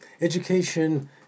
education